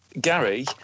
Gary